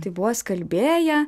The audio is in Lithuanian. tai buvo skalbėja